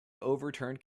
overturned